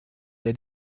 wer